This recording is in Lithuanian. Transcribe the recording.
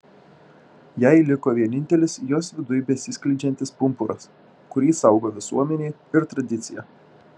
jai liko vienintelis jos viduj besiskleidžiantis pumpuras kurį saugo visuomenė ir tradicija